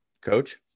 Coach